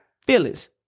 feelings